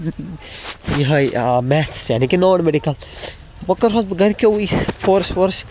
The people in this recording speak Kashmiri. یِہوٚے میتھٕس یعنی کہِ نان مٮ۪ڈِکَل وۄنۍ کرہوس بہٕ گرِکیوٕے فورٕس وورٕس